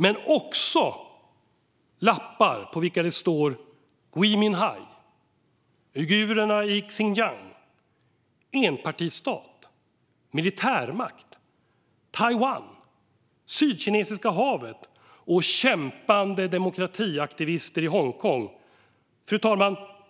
Men det finns också lappar på vilka det står Gui Minhai, uigurer i Xinjiang, enpartistat, militärmakt, Taiwan, Sydkinesiska havet och kämpande demokratiaktivister i Hongkong.